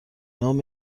نام